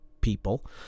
people